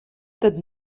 tad